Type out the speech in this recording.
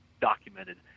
documented